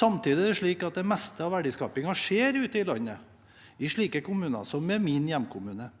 Samtidig er det slik at det meste av verdiskapingen skjer ute i landet, i slike kommuner som min hjemkommune.